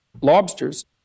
Lobsters